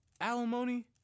alimony